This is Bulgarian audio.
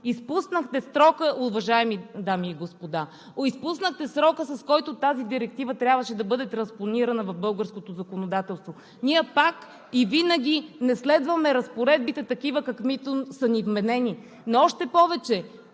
Изпуснахте срока, уважаеми дами и господа, изпуснахте срока, с който тази директива трябваше да бъде транспонирана в българското законодателство! Ние пак и винаги не следваме разпоредбите такива, каквито са ни вменени. Но още повече,